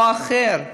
הוא אחר,